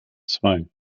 zwei